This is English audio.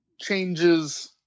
changes